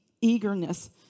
eagerness